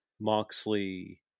Moxley